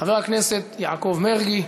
חבר הכנסת יעקב מרגי.